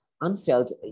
unfelt